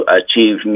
achieve